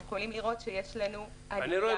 אנחנו יכולים לראות שיש לנו עלייה --- אני רואה